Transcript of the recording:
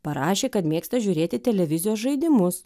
parašė kad mėgsta žiūrėti televizijos žaidimus